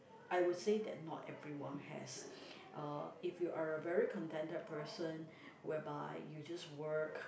I would say that not everyone has uh if you are a very contented person whereby you just work